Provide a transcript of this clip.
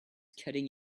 cutting